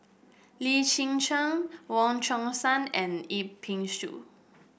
Lim Chwee Chian Wong Chong Sai and Yip Pin Xiu